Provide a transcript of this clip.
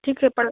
ठीक है पर